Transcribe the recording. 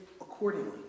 accordingly